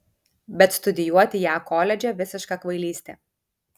bet studijuoti ją koledže visiška kvailystė